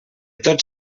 tots